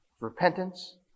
Repentance